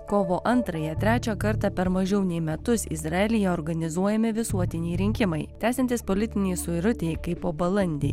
kovo antrąją trečią kartą per mažiau nei metus izraelyje organizuojami visuotiniai rinkimai tęsiantis politinei suirutei kai po balandį